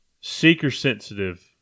seeker-sensitive